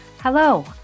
Hello